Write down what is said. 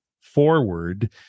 forward